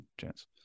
Chance